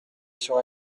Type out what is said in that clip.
sur